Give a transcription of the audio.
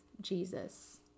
Jesus